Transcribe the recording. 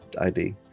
ID